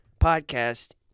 podcast